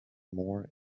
more